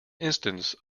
instance